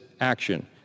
action